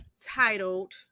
titled